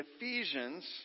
Ephesians